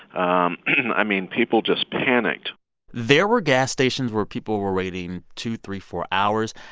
um i mean, people just panicked there were gas stations where people were waiting two, three, four hours.